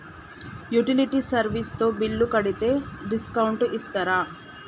Utility service తో bill కడితే discount ఇస్తరా?